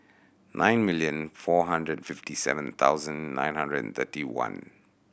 nine million four hundred fifty seven thousand nine hundred and thirty one